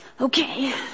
Okay